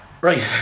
right